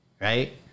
Right